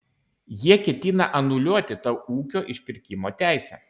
jie ketina anuliuoti tau ūkio išpirkimo teisę